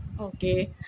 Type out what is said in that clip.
Okay